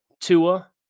Tua